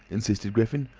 insisted griffin.